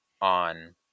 on